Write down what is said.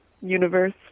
universe